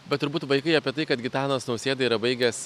bet turbūt vaikai apie tai kad gitanas nausėda yra baigęs